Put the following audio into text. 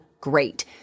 great